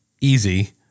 easy